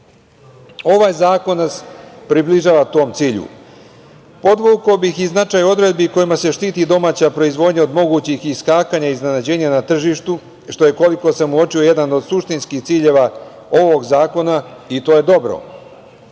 Ovaj zakon nas približava tom cilju. Podvukao bih i značaj odredbi kojima se štiti domaća proizvodnja od mogućih iskakanja i iznenađenja na tržištu, što je, koliko sam uočio, jedan od suštinskih ciljeva ovog zakona, i to je